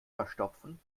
verstopfen